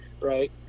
right